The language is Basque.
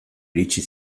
iritsi